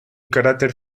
caráter